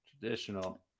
Traditional